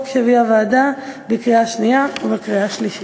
שהביאה הוועדה בקריאה שנייה ובקריאה השלישית.